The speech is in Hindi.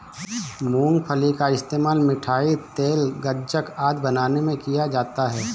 मूंगफली का इस्तेमाल मिठाई, तेल, गज्जक आदि बनाने में किया जाता है